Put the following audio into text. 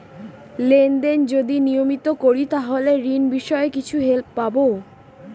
Lane দেন যদি নিয়মিত করি তাহলে ঋণ বিষয়ে কিছু হেল্প পাবো?